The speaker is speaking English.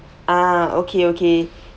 ah okay okay